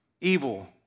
evil